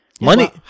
Money